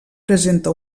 presenta